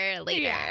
later